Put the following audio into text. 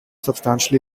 substantially